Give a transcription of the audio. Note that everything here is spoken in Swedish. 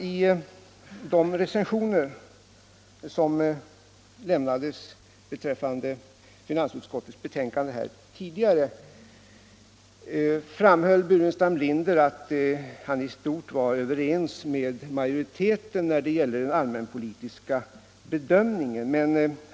I sin recension av finansutskottets betänkande framhöll herr Burenstam Linder att han i stort var överens med majoriteten om den allmänpolitiska bedömningen.